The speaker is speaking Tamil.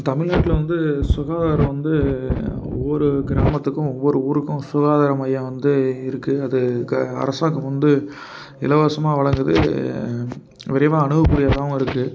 தமிழ்நாட்டில் வந்து சுகாதாரம் வந்து ஒவ்வொரு கிராமத்துக்கும் ஒவ்வொரு ஊருக்கும் சுகாதார மையம் வந்து இருக்குது அது அரசாங்கம் வந்து இலவசமாக வழங்குது விரைவாக அணுகக் கூடியதாகவும் இருக்குது